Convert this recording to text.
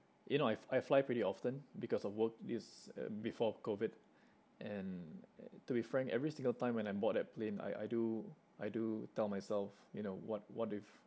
you know I I fly pretty often because of work this uh before COVID and uh to be frank every single time when I board that plane I I do I do tell myself you know what what if